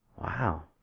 wow